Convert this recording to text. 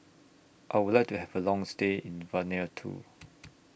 I Would like to Have A Long stay in Vanuatu